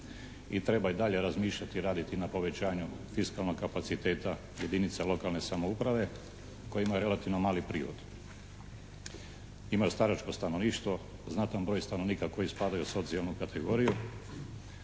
i treba i dalje razmišljati i raditi na povećanju fiskalnog kapaciteta jedinica lokalne samouprave koji imaju relativno mali prihod. Imaju staračko stanovništvo, znatan broj stanovnika koji spadaju u socijalnu kategoriju,